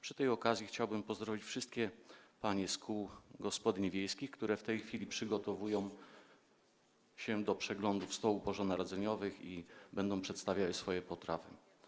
Przy tej okazji chciałbym pozdrowić wszystkie panie z kół gospodyń wiejskich, które w tej chwili przygotowują się do przeglądów stołów bożonarodzeniowych i będą przedstawiały swoje potrawy.